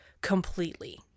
completely